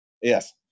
Yes